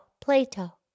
Plato